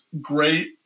great